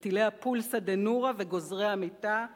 מטילי ה"פולסא דנורא" וגוזרי המיתה,